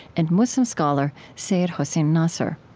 and muslim scholar seyyed hossein nasr